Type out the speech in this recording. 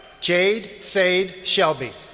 jade sade shelby.